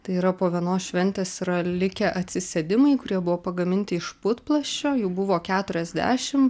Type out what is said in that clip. tai yra po vienos šventės yra likę atsisėdimai kurie buvo pagaminti iš putplasčio jų buvo keturiasdešim